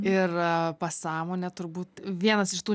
ir pasąmonė turbūt vienas iš tų